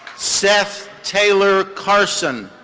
seth taylor carson.